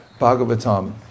Bhagavatam